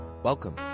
Welcome